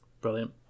Brilliant